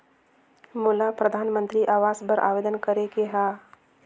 मोला परधानमंतरी आवास बर आवेदन करे के हा?